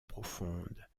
profonde